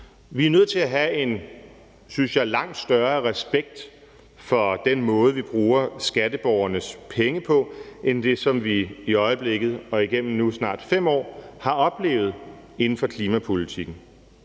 jeg, nødt til at have en langt større respekt for den måde, vi bruger skatteborgernes penge på, end det, som vi i øjeblikket og igennem nu snart 5 år har oplevet inden for klimapolitikken.